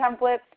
templates